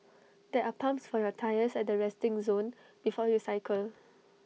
there are pumps for your tyres at the resting zone before you cycle